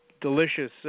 Delicious